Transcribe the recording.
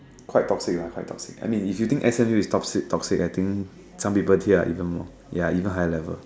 quite toxic lah quite toxic I mean if you think S_M_U is toxic toxic I think some people here are even more they are even higher level